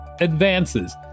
advances